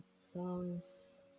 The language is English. songs